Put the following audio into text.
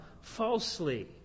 falsely